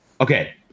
Okay